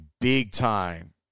big-time